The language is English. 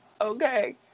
Okay